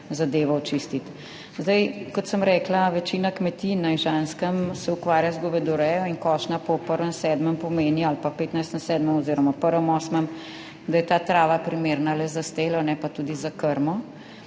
zadevo očistiti. Zdaj, kot sem rekla, večina kmetij na Ižanskem se ukvarja z govedorejo in košnja po 1. 7. pomeni ali pa 15. 7. oziroma 1. 8., da je ta trava primerna le za steljo, ne pa tudi za krmo.